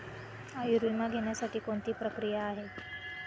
आयुर्विमा घेण्यासाठी कोणती प्रक्रिया आहे?